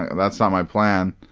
that's not my plan,